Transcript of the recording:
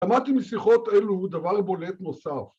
למדתי משיחות אלו הוא דבר בולט נוסף.